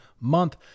Month